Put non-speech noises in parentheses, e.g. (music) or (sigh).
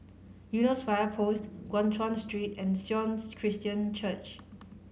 Eunos Fire Post Guan Chuan Street and Sion (unintelligible) Christian Church